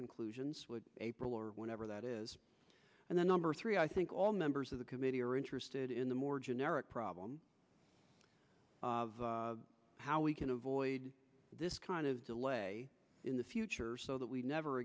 conclusions april or whenever that is and then number three i think all members of the committee are interested in the more generic problem of how we can avoid this kind of delay in the future so that we never